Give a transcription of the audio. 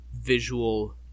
visual